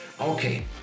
okay